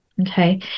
Okay